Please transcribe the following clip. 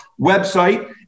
website